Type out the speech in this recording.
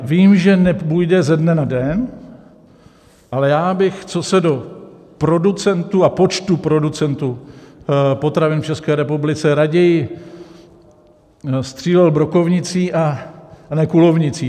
Vím, že nepůjde ze dne na den, ale já bych do producentů a počtu producentů potravin v České republice raději střílel brokovnicí, a ne kulovnicí.